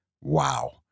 wow